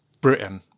Britain